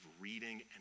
reading